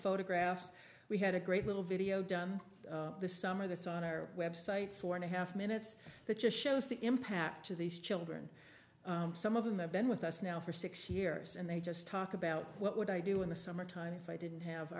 photographs we had a great little video done this summer that's on our website four and a half minutes that just shows the impact to these children some of them have been with us now for six years and they just talk about what would i do in the summertime if i didn't have